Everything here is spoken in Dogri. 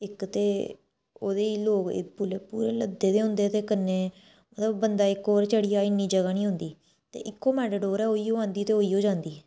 इक ते ओह्दे ई लोक पूरे पूरे लद्दे दे होंदे कन्नै मतलब बंदा इक होर चढ़ी जाए इन्नी जगह् नी होंदी ते इक्को मेटाडोर ऐ ओहियो आंदी ते ओहियो जंदी